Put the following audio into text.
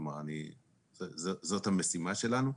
זאת המשימה שלנו,